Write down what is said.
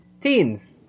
Teens